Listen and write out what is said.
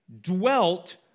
dwelt